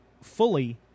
fully